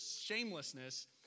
shamelessness